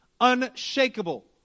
unshakable